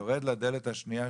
יורד לדלת השנייה,